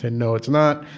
and no, it's not.